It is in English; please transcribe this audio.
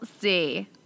see